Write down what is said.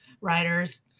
writers